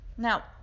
Now